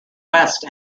west